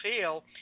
fail